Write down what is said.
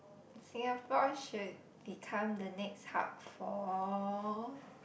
Singapore should become the next hub for